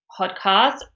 podcast